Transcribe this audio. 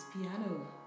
piano